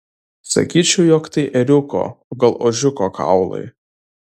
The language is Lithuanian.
sakyčiau jog tai ėriuko o gal ožiuko kaulai